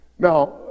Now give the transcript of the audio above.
Now